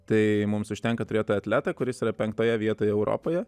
tai mums užtenka turėti atletą kuris yra penktoje vietoje europoje